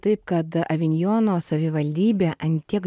taip kad avinjono savivaldybė ant tiek